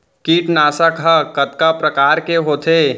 कीटनाशक ह कतका प्रकार के होथे?